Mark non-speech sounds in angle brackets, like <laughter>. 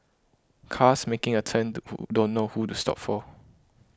cars making a turn <unintelligible> don't know who to stop for